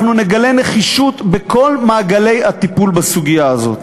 אנחנו נגלה נחישות בכל מעגלי הטיפול בסוגיה הזאת.